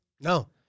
No